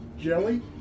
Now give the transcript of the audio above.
jelly